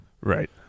Right